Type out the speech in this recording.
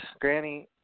Granny